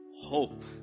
hope